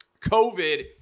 COVID